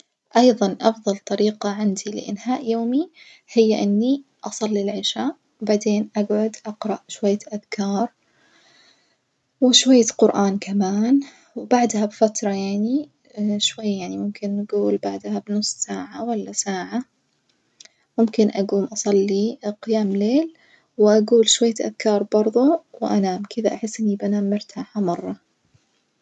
أيظًا أفظل طريقة عندي لإنهاء يومي هي إني أصلي العشاء وبعدين أجعد أقرأ شوية أذكار وشوية قرآن كمان، وبعدها بفترة يعني شوية يعني ممكن نجول بعدها بنص ساعة ولا ساعة ممكن أجوم أصلي قيام ليل وأجول شوية أذكار برظو وأنام، كدة أحس إني بنام مرتاحة مرة.